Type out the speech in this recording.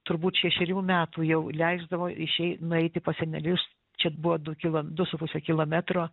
turbūt šešerių metų jau leisdavo išei nueiti pas senelius čia buvo du kilo du su puse kilometro